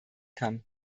kann